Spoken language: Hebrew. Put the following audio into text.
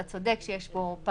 אתה צודק שיש פה פער.